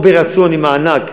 או ברצון עם מענק,